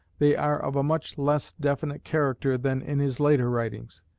they are of a much less definite character than in his later writings.